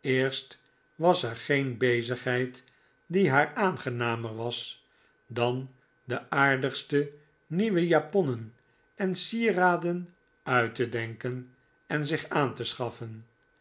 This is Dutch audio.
eerst was er geen bezigheid die haar aangenamer was dan de aardigste nieuwe japonnen en sieraden uit te denken en zich aan te schaffen